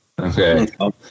okay